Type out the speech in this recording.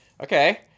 okay